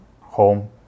home